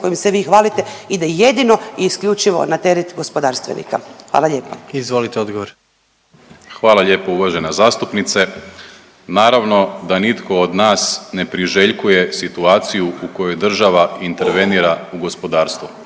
kojim se vi hvalite ide jedino i isključivo na teret gospodarstvenika. Hvala lijepa. **Jandroković, Gordan (HDZ)** Izvolite odgovor. **Primorac, Marko** Hvala lijepo uvažena zastupnice. Naravno da nitko od nas ne priželjkuje situaciju u kojoj država intervenira u gospodarstvu.